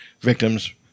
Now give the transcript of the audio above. victims